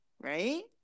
right